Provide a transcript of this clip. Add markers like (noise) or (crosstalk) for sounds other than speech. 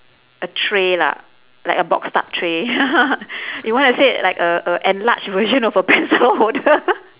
a tray lah like a boxed up tray (laughs) you want to say like a a enlarged version of a pencil holder (laughs)